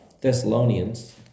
Thessalonians